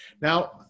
Now